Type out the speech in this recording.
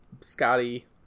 Scotty